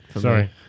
Sorry